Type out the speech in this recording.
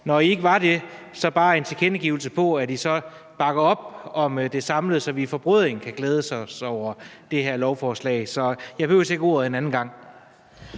når I ikke var det, vil jeg bare gerne have en tilkendegivelse af, om I så bakker op om det samlede, så vi i forbrødring kan glæde os over det her lovforslag. Jeg behøver ikke ordet for anden korte